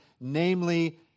namely